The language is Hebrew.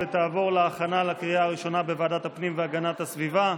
ותעבור להכנה לקריאה הראשונה בוועדת הפנים והגנת הסביבה.